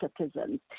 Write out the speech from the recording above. citizens